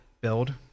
build